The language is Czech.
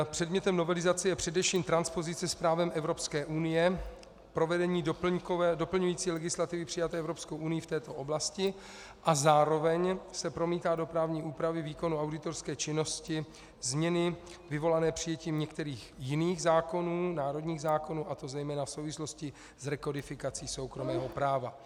Předmětem novelizace je především transpozice s právem Evropské unie, provedení doplňující legislativy přijaté Evropskou unií v této oblasti a zároveň se promítají do právní úpravy výkonu auditorské činnosti změny vyvolané přijetím některých jiných zákonů, národních zákonů, a to zejména v souvislosti s rekodifikací soukromého práva.